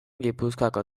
gipuzkoako